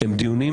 הם דיונים